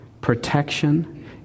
protection